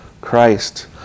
Christ